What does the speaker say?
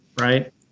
right